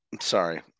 sorry